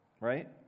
right